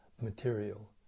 material